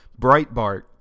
Breitbart